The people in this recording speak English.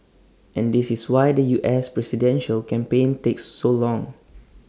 and this is why the U S presidential campaign takes so long